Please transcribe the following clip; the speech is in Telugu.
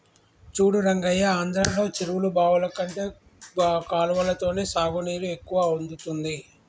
చూడు రంగయ్య ఆంధ్రలో చెరువులు బావులు కంటే కాలవలతోనే సాగునీరు ఎక్కువ అందుతుంది